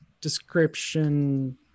description